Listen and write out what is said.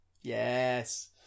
Yes